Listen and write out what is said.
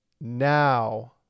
now